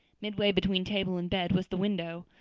midway between table and bed was the window,